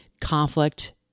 conflict